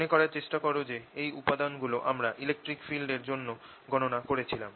মনে করার চেষ্টা কর যে এই উপাদান গুলো আমরা ইলেকট্রস্ট্যাটিক ফিল্ড এর জন্যেও গণনা করেছিলাম